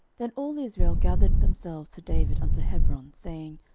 then all israel gathered themselves to david unto hebron, saying,